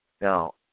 Now